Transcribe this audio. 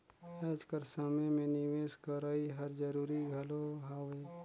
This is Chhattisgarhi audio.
आएज कर समे में निवेस करई हर जरूरी घलो हवे